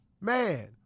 Man